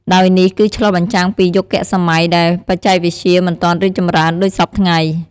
ដោយនេះគឺឆ្លុះបញ្ចាំងពីយុគសម័យដែលបច្ចេកវិទ្យាមិនទាន់រីកចម្រើនដូចសព្វថ្ងៃ។